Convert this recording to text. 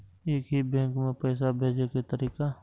एक ही बैंक मे पैसा भेजे के तरीका?